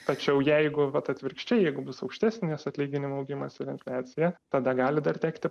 tačiau jeigu vat atvirkščiai jeigu bus aukštesnis atlyginimų augimas ir infliacija tada gali dar tekti